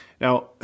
Now